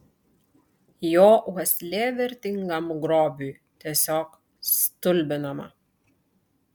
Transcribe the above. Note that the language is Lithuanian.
jo uoslė vertingam grobiui tiesiog stulbinama